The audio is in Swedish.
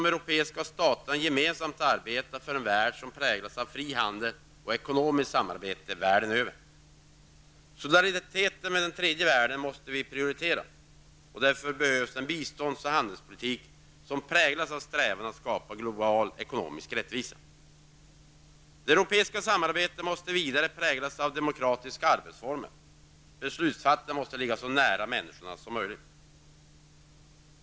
Europas stater måste gemensamt arbeta för en värld som präglas av fri handel och ekonomiskt samarbete världen över. Solidariteten med tredje världen måste prioriteras. Därför behövs en bistånds och handelspolitik som präglas av strävan att skapa global ekonomisk rättvisa. Det europeiska samarbetet måste vidare präglas av demokratiska arbetsformer. Beslutsfattandet måste ligga så nära människorna som möjligt.